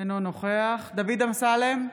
אינו נוכח דוד אמסלם,